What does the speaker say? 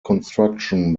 construction